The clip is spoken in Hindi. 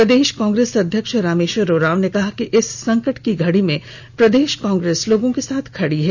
प्रदेश कांग्रेस अध्यक्ष रामेश्वर उरांव ने कहा कि इस संकट की घड़ी में प्रदेश कांग्रेस लोगों के साथ खडी है